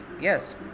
yes